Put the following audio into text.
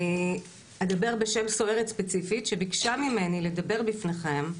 אדבר בשם סוהרת ספציפית, שביקשה ממני לדבר בפניכם,